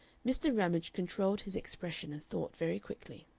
mr. ramage controlled his expression and thought very quickly.